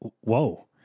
whoa